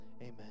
amen